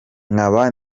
nkaba